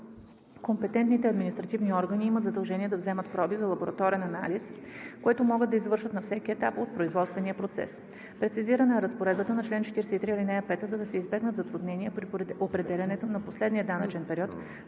компетентните административни органи имат задължение да вземат проби за лабораторен анализ, което могат да извършват на всеки етап от производствения процес. Прецизирана е разпоредбата на чл. 43, ал. 5, за да се избегнат затруднения при определянето на последния данъчен период